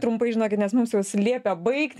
trumpai žinokit nes mums jaus liepia baigti